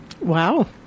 Wow